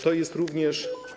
To jest również.